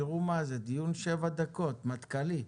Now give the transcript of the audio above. תראו מה זה, דיון שבע דקות, מטכ"לי.